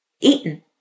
eaten